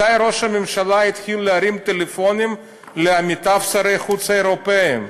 מתי התחיל ראש הממשלה להרים טלפונים לעמיתיו שרי החוץ האירופים?